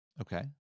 Okay